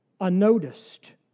unnoticed